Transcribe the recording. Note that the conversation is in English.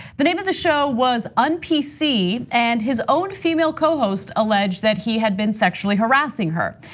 the name of the show was un-pc and his own female co host alleged that he had been sexually harassing her.